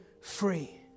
free